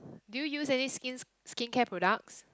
do you use any skins skincare products